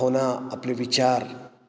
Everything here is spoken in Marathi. भावना आपले विचार